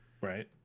Right